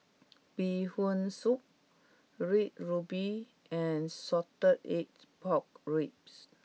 Bee Hoon Soup Red Ruby and Salted Egg Pork Ribs